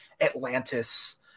Atlantis